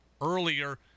earlier